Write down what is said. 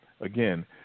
again